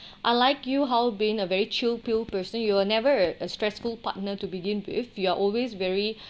unlike you how being a very chill pill person you were never a a stressful partner to begin with you're always very